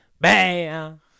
Bam